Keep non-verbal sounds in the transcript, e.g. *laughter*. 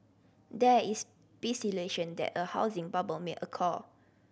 there is s *unintelligible* that a housing bubble may *unintelligible*